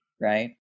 right